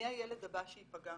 מי הילד הבא שיפגע?